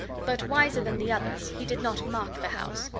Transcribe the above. but, wiser than the others, he did not mark the house,